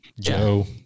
Joe